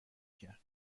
کرد